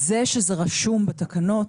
זה שזה רשום בתקנות,